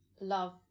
love